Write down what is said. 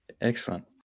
excellent